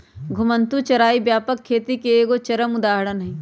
घुमंतू चराई व्यापक खेती के एगो चरम उदाहरण हइ